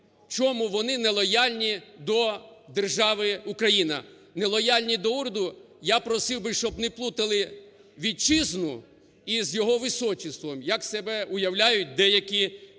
чому вони нелояльні до держави Україна? Нелояльні до уряду? Я просив би, щоб не плутали Вітчизну із його височеством, як себе у являють деякі політики.